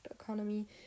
economy